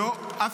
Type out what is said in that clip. בגללך, בגללך.